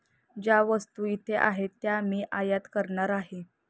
ज्या वस्तू इथे आहेत त्या मी आयात करणार आहे